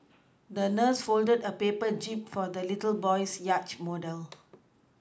the nurse folded a paper jib for the little boy's yacht model